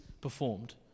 performed